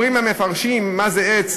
אומרים המפרשים מה זה עץ,